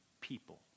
people